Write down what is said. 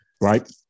Right